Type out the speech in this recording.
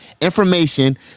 information